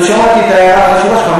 לא שמעתי את ההערה הראשונה שלך,